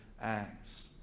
acts